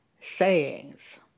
sayings